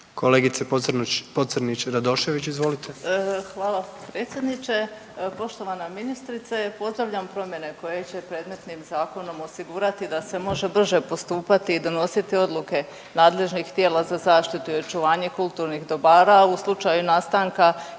izvolite. **Pocrnić-Radošević, Anita (HDZ)** Hvala predsjedniče. Poštovana ministrice, pozdravljam promjene koje će predmetnim zakonom osigurati da se može brže postupati i donositi odluke nadležnih tijela za zaštitu i očuvanje kulturnih dobara u slučaju nastanka